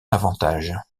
avantage